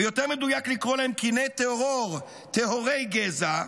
ויותר מדויק לקרוא להם קיני טרור טהורי גזע,